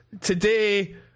today